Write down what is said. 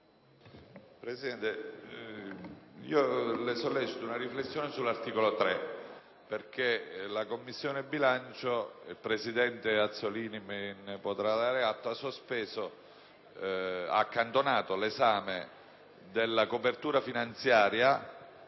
Presidente, vorrei sollecitare una riflessione sull'articolo 3, perché la Commissione bilancio - il presidente Azzollini ne potrà dare atto - ha accantonato l'esame della copertura finanziaria